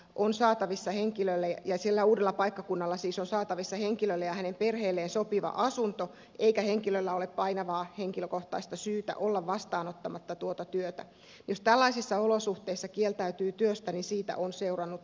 kun saatavissa turvaava ja uudella paikkakunnalla on saatavissa henkilölle ja hänen perheelleen sopiva asunto eikä henkilöllä ole painavaa henkilökohtaista syytä olla vastaanottamatta tuota työtä siitä on nykylaissa seurannut karenssi jos tällaisissa olosuhteissa kieltäytyy työstä